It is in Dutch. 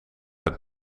het